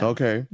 Okay